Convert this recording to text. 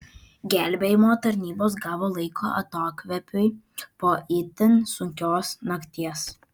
gelbėjimo tarnybos gavo laiko atokvėpiui po itin sunkios nakties